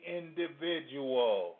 individual